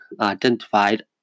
identified